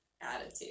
attitude